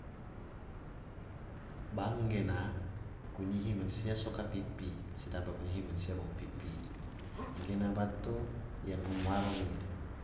Bank gena, gunyihi mansia soka pipi, sedaba gunyihi mansia bau pipi, gena bato yang ngom waro ge.